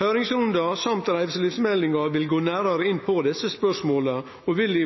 Høyringsrunden og reiselivsmeldinga vil gå nærare inn på desse spørsmåla og vil